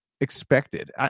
expected